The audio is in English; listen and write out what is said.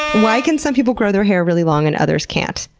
why can some people grow their hair really long and others can't?